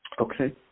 Okay